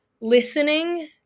listening